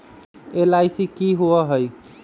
LIC की होअ हई?